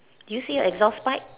do you see an exhaust pipe